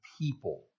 people